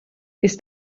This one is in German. ist